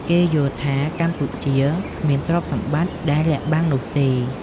គេយល់់ថាកម្ពុជាគ្មានទ្រព្យសម្បត្តិដែលលាក់បាំងនោះទេ ។